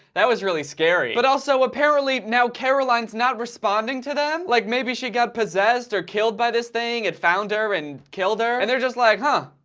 that was really scary but also apparently now caroline's not responding to them? like maybe she got possessed or killed by this thing? it found her and killed her and they're just like, huh.